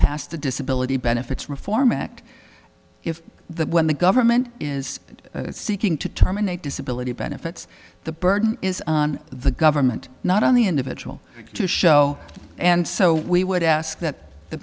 passed the disability benefits reform act if when the government is seeking to terminate disability benefits the burden is on the government not on the individual to show and so we would ask that the